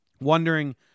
wondering